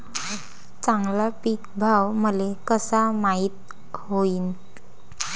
चांगला पीक भाव मले कसा माइत होईन?